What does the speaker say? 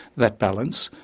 that balance,